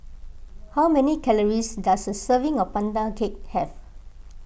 how many calories does a serving of Pandan Cake have